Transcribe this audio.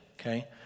Okay